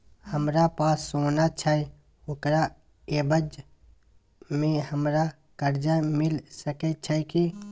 हमरा पास सोना छै ओकरा एवज में हमरा कर्जा मिल सके छै की?